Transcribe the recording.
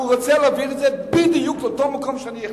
הוא רוצה להעביר את זה בדיוק לאותו מקום שאני החלטתי.